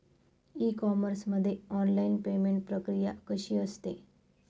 E commerce मध्ये online payment प्रक्रिया कशी असते?